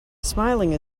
smiling